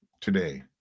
today